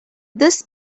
this